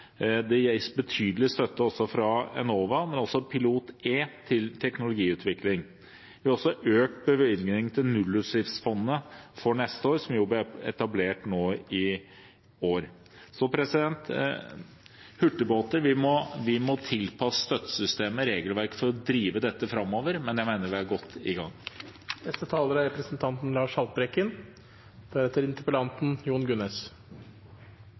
Det gis betydelig støtte fra Enova, men også fra PILOT-E, til teknologiutvikling. Vi har også økt bevilgningen til Nullutslippsfondet for neste år, som jo ble etablert nå i år. Hurtigbåtene må tilpasses støttesystemet, regelverket, for å drive dette framover, men jeg mener vi er godt i gang. Først vil jeg starte med å takke representanten